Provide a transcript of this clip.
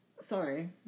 Sorry